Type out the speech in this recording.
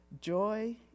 joy